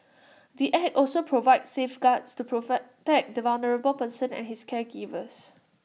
the act also provides safeguards to proffer that the vulnerable person and his caregivers